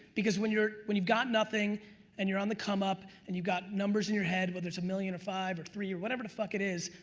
because, when you're, when you've, got nothing and you're on the come up and you've got numbers in your head whether it's a million or five or three or whatever the fuck it is,